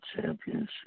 Championship